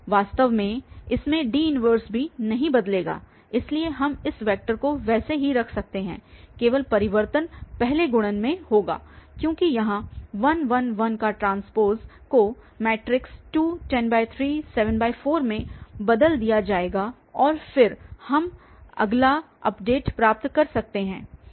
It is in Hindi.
वास्तव में इसमें D 1b नहीं बदलेगा इसलिए हम इस वेक्टर को वैसे ही रख सकते हैं केवल परिवर्तन पहले गुणन में होगा क्योंकि यहाँ 1 1 1T को 2 103 74 बदल दिया जाएगा और फिर हम अगला अपडेट प्राप्त कर सकते हैं